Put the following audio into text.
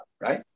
right